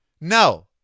No